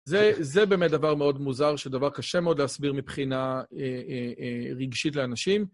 זה באמת דבר מאוד מוזר, שדבר קשה מאוד להסביר מבחינה רגשית לאנשים.